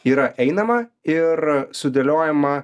yra einama ir sudėliojama